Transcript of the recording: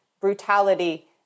brutality